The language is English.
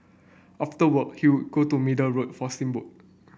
after work he would go to Middle Road for steamboat